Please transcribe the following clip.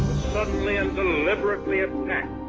suddenly and deliberately attacked